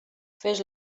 fes